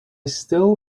still